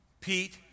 Pete